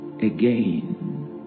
Again